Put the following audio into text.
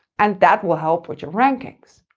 and that will help with your rankings!